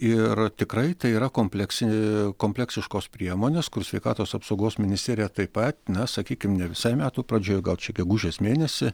ir tikrai tai yra kompleksinė kompleksiškos priemonės kur sveikatos apsaugos ministerija taip pat na sakykim ne visais metų pradžioj gal čia gegužės mėnesį